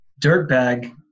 dirtbag